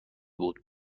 بود